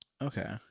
Okay